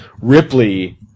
Ripley